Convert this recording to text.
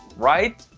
right?